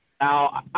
Now